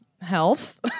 health